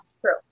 true